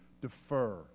defer